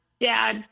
dad